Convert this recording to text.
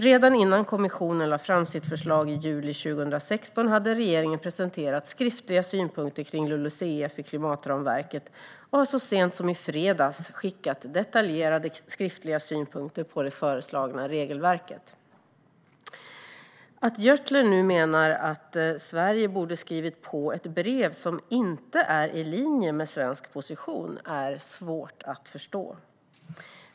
Redan innan kommissionen lade fram sitt förslag i juli 2016 hade regeringen presenterat skriftliga synpunkter kring LULUCF i klimatramverket och skickade så sent som i fredags detaljerade skriftliga synpunkter på det föreslagna regelverket. Att Jonas Jacobsson Gjörtler nu menar att Sverige borde skrivit på ett brev som inte är i linje med svensk position är svårt att förstå.